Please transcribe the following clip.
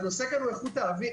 הנושא כאן הוא איכות האוויר,